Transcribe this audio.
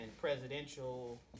presidential